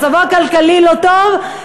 מצבו הכלכלי לא טוב,